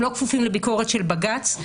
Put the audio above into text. הם לא כפופים לביקורת של בג"צ.